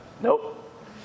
nope